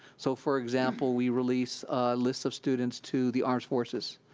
so, for example, we release lists of students to the armed forces,